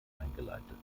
eingeleitet